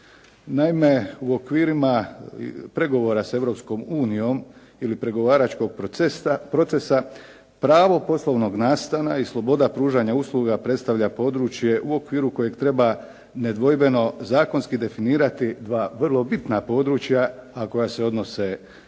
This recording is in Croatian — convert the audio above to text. Naime, u okvirima pregovora s Europskom unijom ili pregovaračkog procesa pravo poslovnog nastana i sloboda pružanja usluga predstavlja područje u okviru kojeg treba nedvojbeno zakonski definirati dva vrlo bitna područja, a koja se odnose